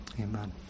amen